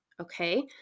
Okay